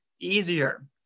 easier